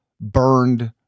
burned